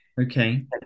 okay